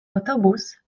autobus